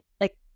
Like-